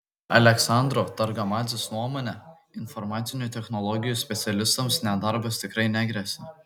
aleksandro targamadzės nuomone informacinių technologijų specialistams nedarbas tikrai negresia